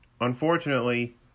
Unfortunately